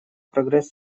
прогресс